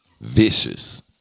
Vicious